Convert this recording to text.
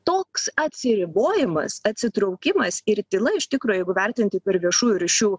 toks atsiribojimas atsitraukimas ir tyla iš tikro jeigu vertinti per viešųjų ryšių